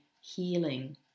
healing